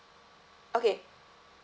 okay